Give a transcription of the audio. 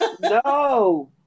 No